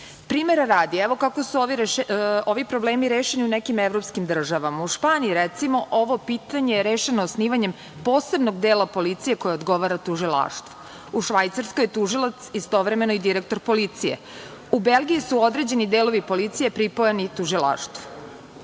primera radi, evo kako su ovi problemi rešeni u nekim evropskim državama.U Španiji, recimo, ovo pitanje je rešeno osnivanjem posebnog dela policije koje odgovara tužilaštvu, u Švajcarskoj je tužilac istovremeno i direktor policije, u Belgiji su određeni delovi policije pripojeni tužilaštvu. Jako